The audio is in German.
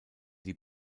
die